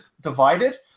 divided